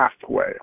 pathway